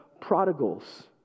prodigals